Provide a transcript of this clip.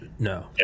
No